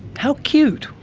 how cute.